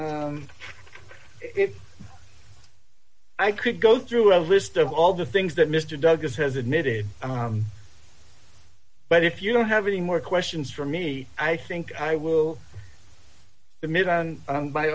if i could go through a list of all the things that mr douglas has admitted but if you don't have any more questions for me i think i will admit on